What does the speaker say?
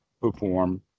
perform